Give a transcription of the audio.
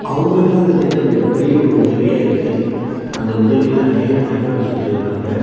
அவங்களுக்கு எல்லாம் இந்த திட்டம் மிக பெரிய ஒரு உதவியாக இருக்கு அந்த உதவியில அநேகர் பயன்பெற்றுகிட்டு இருக்காங்க